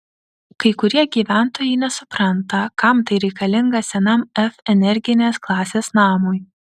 kai kurie gyventojai nesupranta kam tai reikalinga senam f energinės klasės namui